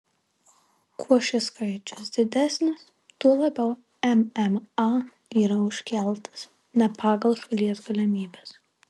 kuo šis skaičius didesnis tuo labiau mma yra užkeltas ne pagal šalies galimybes